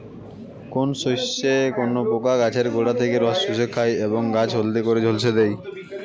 কোন শস্যে কোন পোকা গাছের গোড়া থেকে রস চুষে খায় এবং গাছ হলদে করে ঝলসে দেয়?